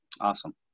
Awesome